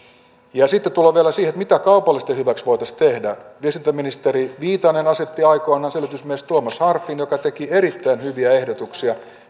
sitten tullaan vielä siihen mitä kaupallisten hyväksi voitaisiin tehdä viestintäministeri viitanen asetti aikoinaan selvitysmies tuomas harpfin joka teki erittäin hyviä ehdotuksia